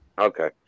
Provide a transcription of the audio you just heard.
Okay